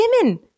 women